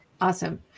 awesome